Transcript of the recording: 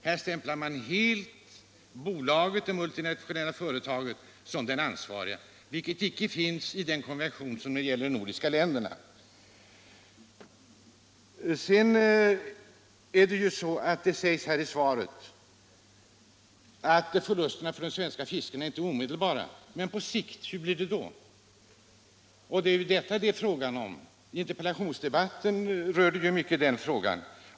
Här stämplar man helt bolaget, det multinationella företaget, som den ansvarige, vilket man inte gör i konventionen mellan de nordiska länderna. Det sägs i svaret att förlusterna för de svenska fiskarna inte är omedelbara. Men hur blir det på sikt? Interpellationsdebatten rörde mycket den frågan.